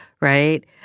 right